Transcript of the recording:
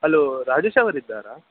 hello ರಾಜೇಶವರಿದ್ದಾರಾ